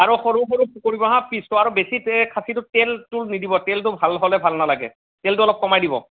আৰু সৰু সৰু কৰিব হাঁ পিচটো আৰু বেছি তেল খাছীটো তেলটো নিদিব তেলটো ভাল হ'লে ভাল নালাগে তেলটো অলপ কমাই দিব